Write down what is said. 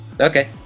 Okay